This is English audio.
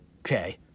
okay